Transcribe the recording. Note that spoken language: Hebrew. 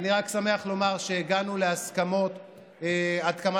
אני רק שמח לומר שהגענו להסכמות עד כמה